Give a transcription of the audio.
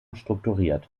strukturiert